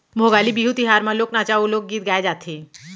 भोगाली बिहू तिहार म लोक नाचा अउ लोकगीत गाए जाथे